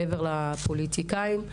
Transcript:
מעבר לפוליטיקאים.